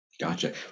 Gotcha